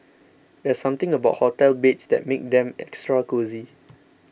there's something about hotel beds that makes them extra cosy